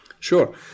Sure